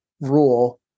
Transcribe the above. rule